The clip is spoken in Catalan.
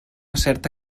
certa